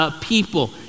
people